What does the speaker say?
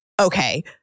okay